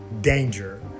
danger